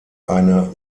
eine